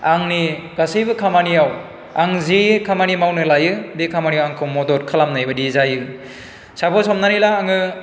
आंनि गासैबो खामानियाव आं जे खामानि मावनो लायो बे खामानिया आंखौ मदद खालामनाय बादि जायो सापस हमनानै ला आङो